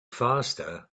faster